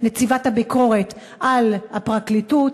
נציבת הביקורת על הפרקליטות,